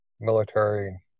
military